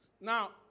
Now